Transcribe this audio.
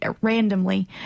randomly